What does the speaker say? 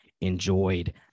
enjoyed